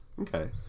Okay